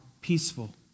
peaceful